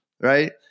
right